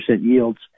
yields